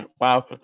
Wow